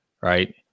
right